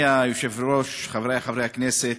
אדוני היושב-ראש, חברי חברי הכנסת,